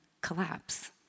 collapse